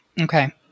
Okay